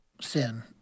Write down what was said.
sin